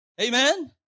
Amen